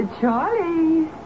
Charlie